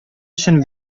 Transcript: өчен